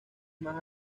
más